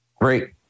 Great